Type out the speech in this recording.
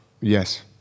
Yes